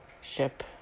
ship